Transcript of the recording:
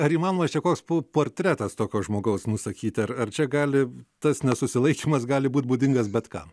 ar įmanomas čia koks pu portretas tokio žmogaus nusakyti ar ar čia gali tas nesusilaikymas gali būti būdingas bet kam